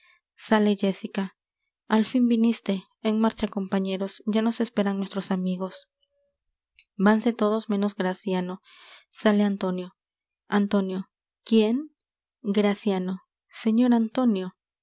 sale jéssica al fin viniste en marcha compañeros ya nos esperan nuestros amigos vanse todos menos graciano sale antonio antonio quién graciano señor antonio